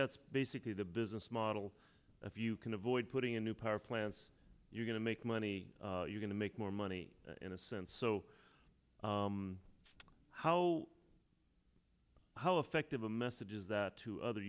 that's basically the business model if you can avoid putting in new power plants you're going to make money you're going to make more money in a sense so how how effective a message is that to other